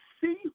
see